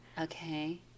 okay